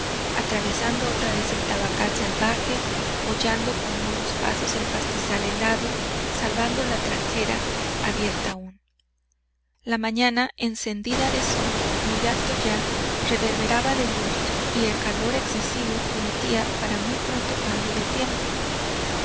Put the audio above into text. atravesando otra vez el tabacal salvaje hollando con mudos pasos el pastizal helado salvando la tranquera abierta aún la mañana encendida de sol muy alto ya reverberaba de luz y el calor excesivo prometia para muy pronto cambio de tiempo